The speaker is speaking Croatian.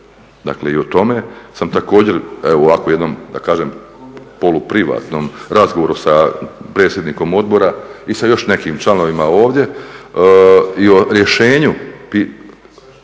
dakle i o tome sam također, evo u ovako jednom, da kažem poluprivatnom razgovoru sa predsjednikom odbora i sa još nekim članovima ovdje i o rješenju,